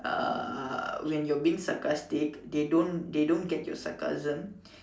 uh when you are being sarcastic they don't they don't get your sarcasm